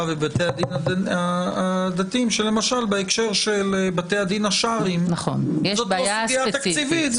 ובבתי הדין הדתיים שלמשל בהקשר של בתי הדין השרעיים זו לא סוגיה תקציבית,